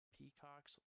Peacocks